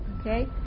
okay